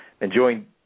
enjoying